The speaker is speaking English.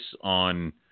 on